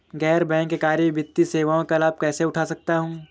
गैर बैंककारी वित्तीय सेवाओं का लाभ कैसे उठा सकता हूँ?